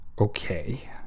okay